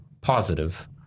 positive